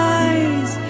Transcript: eyes